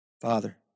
Father